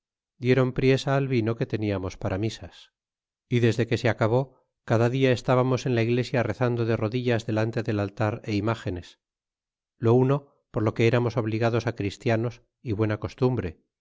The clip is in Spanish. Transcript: dieron priesa al vino que teníamos para misas y desde que se acabó cada dia estábamos en la iglesia rezando de rodillas delante del altar é imágenes lo uno por lo que éramos obligados a christianos y buena costumbre